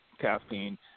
caffeine